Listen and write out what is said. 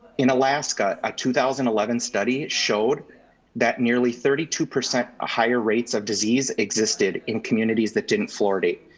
in alaska, a two thousand and eleven study showed that nearly thirty two percent ah higher rates of disease existed in communities that didn't fluoridate.